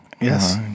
Yes